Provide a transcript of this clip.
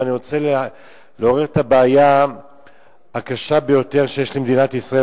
ואני רוצה לעורר את הבעיה הקשה ביותר שיש למדינת ישראל,